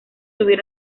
subir